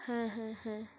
হ্যাঁ হ্যাঁ হ্যাঁ